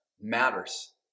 matters